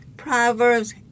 Proverbs